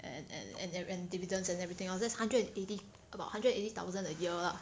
and and and and and dividends and everything else that's hundred and eighty about hundred eighty thousand a year lah